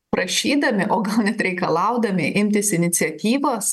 prašydami o gal net reikalaudami imtis iniciatyvos